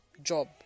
job